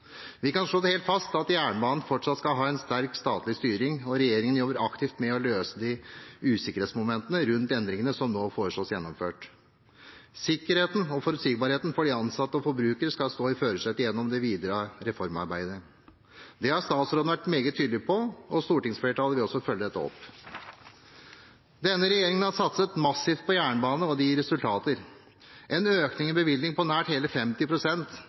Vi kan slå fast at jernbanen fortsatt skal ha en sterk statlig styring, og regjeringen jobber aktivt med å løse usikkerhetsmomentene rundt endringene som nå foreslås gjennomført. Sikkerheten og forutsigbarheten for de ansatte og for forbrukerne skal være i førersetet gjennom det videre reformarbeidet. Det har statsråden vært meget tydelig på, og stortingsflertallet vil også følge dette opp. Denne regjeringen har satset massivt på jernbane, og det gir resultater. En økning i bevilgningene på